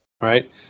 right